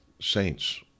saints